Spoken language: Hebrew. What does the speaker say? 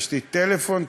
תשתית טלפון,